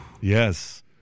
Yes